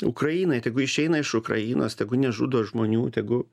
ukrainai tegu išeina iš ukrainos tegu nežudo žmonių tegu